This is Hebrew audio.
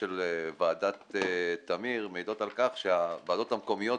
של ועדת תמיר מעידות על כך שהוועדות המקומיות